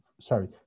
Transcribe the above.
Sorry